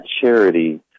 charity